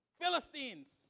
Philistines